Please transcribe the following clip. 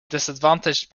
disadvantaged